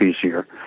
easier